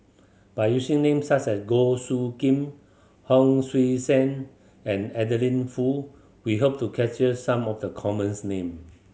by using name such as Goh Soo Khim Hon Sui Sen and Adeline Foo we hope to capture some of the common's name